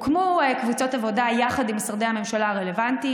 הוקמו קבוצות עבודה יחד עם משרדי הממשלה הרלוונטיים.